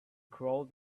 crawled